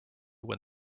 when